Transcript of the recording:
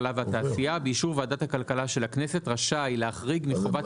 באישור ועדת הכלכלה של הכנסת רשאי להחריג מחובת